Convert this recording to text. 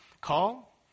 call